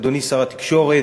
אדוני שר התקשורת,